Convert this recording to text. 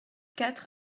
quatre